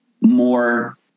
more